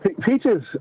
Peaches